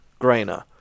Grainer